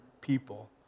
people